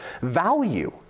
value